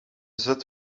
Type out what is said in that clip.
zet